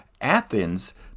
Athens